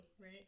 right